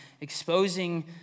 exposing